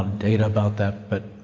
data about that. but,